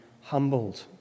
humbled